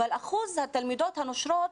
אבל אחוז התלמידות הנושרות,